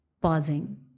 pausing